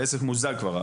העסק מוזג כבר.